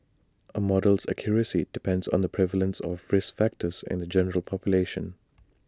A model's accuracy depends on the prevalence of risk factors in the general population